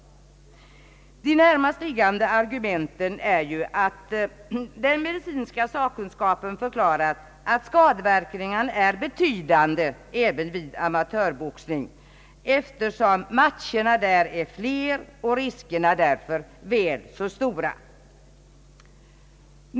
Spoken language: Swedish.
De närmast liggande argumenten är att den medicinska sakkunskapen förklarat, att skadeverkningarna är betydande även vid amatörboxning, eftersom matcherna där är fler och riskerna därför väl så stora.